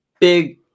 big